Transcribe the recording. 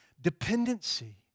dependency